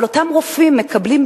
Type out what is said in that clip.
אבל אותם רופאים מקבלים,